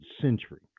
century